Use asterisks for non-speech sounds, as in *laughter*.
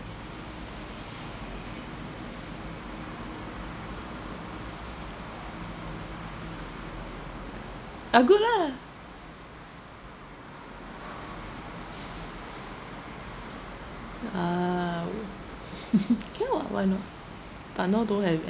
uh good lah ah *laughs* okay [what] why not but now don't have